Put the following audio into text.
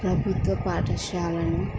ప్రభుత్వ పాఠశాలను